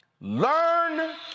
learn